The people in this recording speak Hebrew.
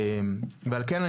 על כן,